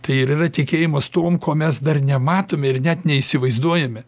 tai ir yra tikėjimas tuom ko mes dar nematome ir net neįsivaizduojame